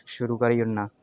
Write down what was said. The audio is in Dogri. शुरू करी ओड़ना